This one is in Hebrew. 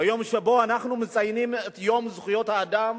ביום שבו אנחנו מציינים את יום זכויות האדם,